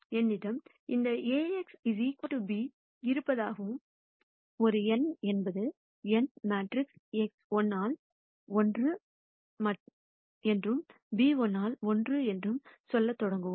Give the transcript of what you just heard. என்னிடம் இந்த AXb இருப்பதாகவும் ஒரு n என்பது n மேட்ரிக்ஸ் x 1 ஆல் 1 என்றும் b 1 ஆல் 1 என்றும் சொல்லத் தொடங்குவோம்